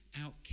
out